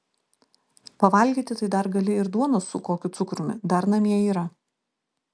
pavalgyti tai dar gali ir duonos su kokiu cukrumi dar namie yra